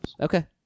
Okay